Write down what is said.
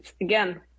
again